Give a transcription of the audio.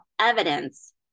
evidence